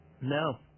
No